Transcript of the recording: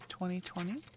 2020